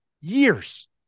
years